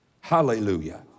Hallelujah